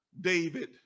David